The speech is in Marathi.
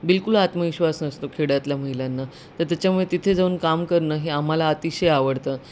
बिलकुल आत्मविश्वास नसतो खेड्यातल्या महिलांना तर त्याच्यामुळे तिथे जाऊन काम करणं हे आम्हाला अतिशय आवडतं